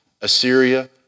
Assyria